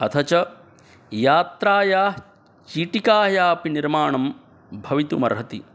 अथ च यात्रायाः चीटिकायाः अपि निर्माणं भवितुमर्हति